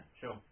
sure